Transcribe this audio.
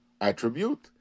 attribute